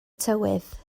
tywydd